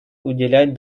уделять